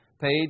page